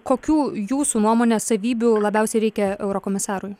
kokių jūsų nuomone savybių labiausiai reikia eurokomisarui